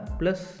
plus